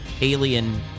alien